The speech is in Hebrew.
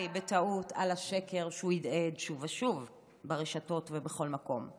בטעות על השקר שהוא הדהד שוב ושוב ברשתות ובכל מקום,